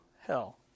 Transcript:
hell